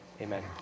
Amen